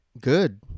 Good